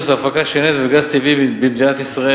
וההפקה של נפט וגז טבעי במדינת ישראל,